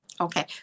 okay